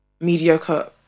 mediocre